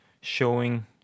showing